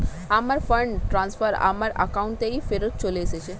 আমার fund transfer আমার অ্যাকাউন্টেই ফেরত চলে এসেছে